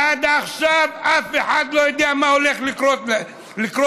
שעד עכשיו אף אחד לא יודע מה הולך לקרות איתם.